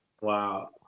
Wow